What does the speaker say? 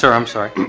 so i'm sorry.